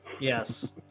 Yes